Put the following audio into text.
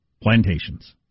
plantations